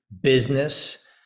business